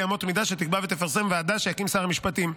אמות מידה שתקבע ותפרסם ועדה שיקים שר המשפטים.